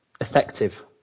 effective